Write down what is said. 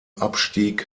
abstieg